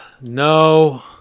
no